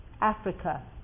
Africa